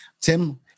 Tim